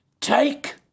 Take